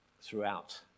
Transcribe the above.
throughout